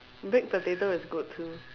baked potato is good too